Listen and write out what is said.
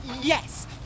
Yes